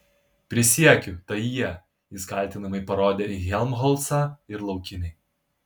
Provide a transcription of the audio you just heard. prisiekiu tai jie jis kaltinamai parodė į helmholcą ir laukinį